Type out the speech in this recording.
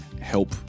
help